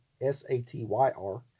S-A-T-Y-R